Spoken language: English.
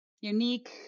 unique